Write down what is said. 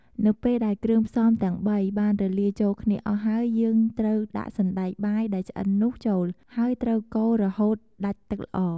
នៅពេលដែល គ្រឿងផ្សំទាំងបី បានរលាយចូលគ្នាអស់ហើយ យើងត្រូវដាក់សណ្ដែកបាយដែលឆ្អិននោះចូល ហើយត្រូវកូររហូតដាច់ទឹកល្អ។